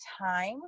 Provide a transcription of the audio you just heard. time